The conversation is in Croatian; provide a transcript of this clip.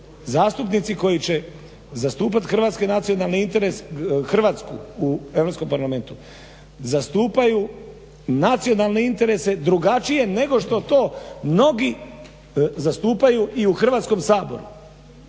zastupnici koji će zastupati hrvatske nacionalne interese, Hrvatsku u Europskom parlamentu zastupaju nacionalne interese drugačije nego što to mnogi zastupaju i u Hrvatskom saboru.